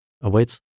awaits